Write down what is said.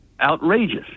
Outrageous